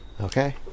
okay